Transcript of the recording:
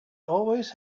always